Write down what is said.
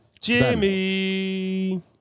Jimmy